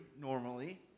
normally